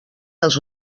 els